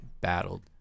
battled